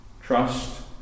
Trust